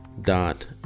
dot